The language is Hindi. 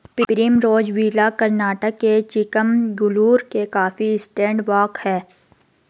प्रिमरोज़ विला कर्नाटक के चिकमगलूर में कॉफी एस्टेट वॉक हैं